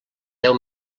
deu